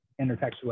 intertextuality